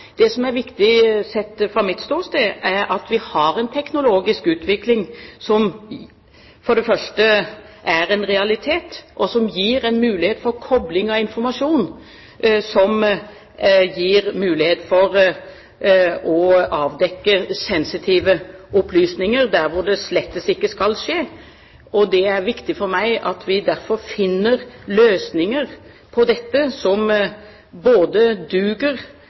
Det som er viktig, sett fra mitt ståsted, er at vi har en teknologisk utvikling som for det første er en realitet, og som gir en mulighet for kobling av informasjon, som gir mulighet for å avdekke sensitive opplysninger der hvor det slett ikke skal skje. Det er viktig for meg at vi derfor finner løsninger på dette som både duger